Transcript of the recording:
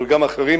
גם אחרים,